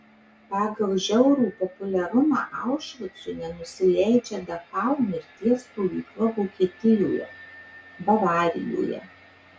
pagal žiaurų populiarumą aušvicui nenusileidžia dachau mirties stovykla vokietijoje bavarijoje